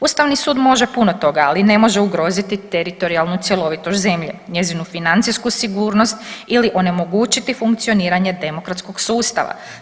Ustavni sud može puno toga, ali ne može ugroziti teritorijalnu cjelovitost zemlje, njezinu financijsku sigurnost ili onemogućiti funkcioniranje demokratskog sustava.